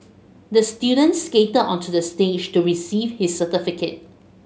the student skated onto the stage to receive his certificate